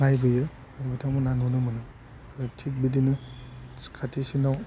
नायबोयो आरो बिथांमोनहा नुनो मोनो आरो थिग बिदिनो खाथिसिनाव